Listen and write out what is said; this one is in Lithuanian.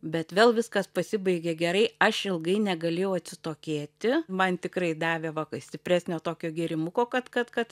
bet vėl viskas pasibaigė gerai aš ilgai negalėjau atsitokėti man tikrai davė va stipresnio tokio gėrimuko kad kad kad